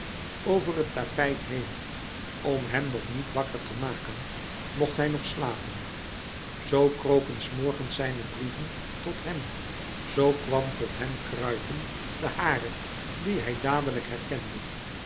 over het tapijt heen om hem nog niet wakker te maken mocht hij nog slapen zoo louis couperus metamorfoze kropen s morgens zijne brieven tot hem zoo kwam tot hem kruipen de hare dien hij dadelijk herkende